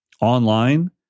online